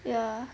ya